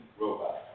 Robot